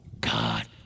God